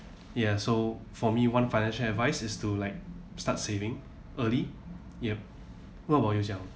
ya so for me one financial advice is to like start saving early yup what about yourself